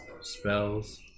Spells